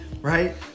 right